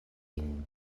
vin